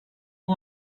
you